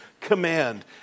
command